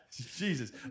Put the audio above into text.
Jesus